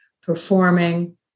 performing